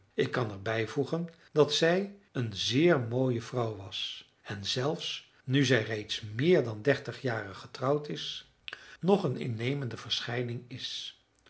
ik kan er bijvoegen dat zij een zeer mooie vrouw was en zelfs nu zij reeds meer dan dertig jaren getrouwd is nog een innemende verschijning is